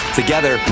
together